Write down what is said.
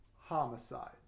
homicides